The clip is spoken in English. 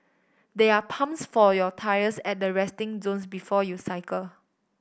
there are pumps for your tyres at the resting zones before you cycle